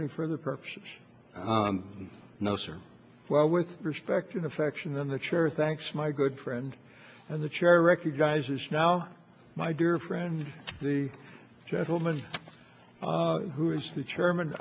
any further purpose no sir well with respect and affection then the chair thanks my good friend and the chair recognizes now my dear friend the gentleman who is the chairman